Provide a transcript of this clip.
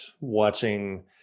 watching